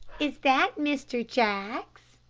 is that mr. jaggs?